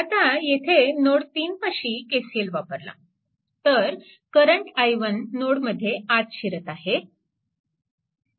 आता येथे नोड 3 पाशी KCL वापरला तर करंट i1 नोडमध्ये आत शिरत आहे